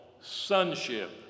sonship